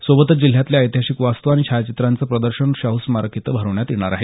सोबतच जिल्ह्यातल्या ऐतिहासिक वास्तू आणि छायाचित्रांचं प्रदर्शनही शाहू स्मारक इथं भरवण्यात येणार आहे